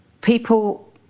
people